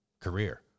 career